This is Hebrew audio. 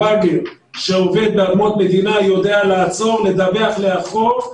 באגר שעובד באדמות מדינה יודע לעצור ולדווח לאחור.